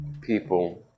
people